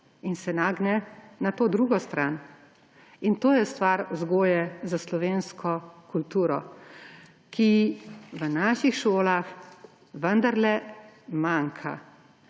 in se nagne na to drugo stran. In to je stvar vzgoje za slovensko kulturo, ki v naših šolah vendarle manjka,